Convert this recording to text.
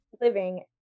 living